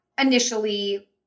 initially